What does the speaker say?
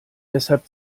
deshalb